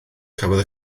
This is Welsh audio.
cafodd